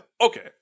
Okay